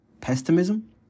Pessimism